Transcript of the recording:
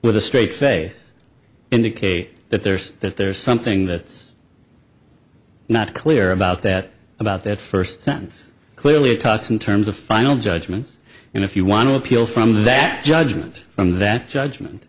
with a straight face indicate that there's that there's something that's not clear about that about that first sentence clearly it talks in terms of final judgement and if you want to appeal from that judgement from that judgement